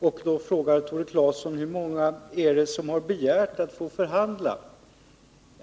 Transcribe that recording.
Tore Claeson frågade hur många det är som har begärt att få förhandla.